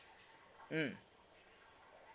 mm